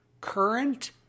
current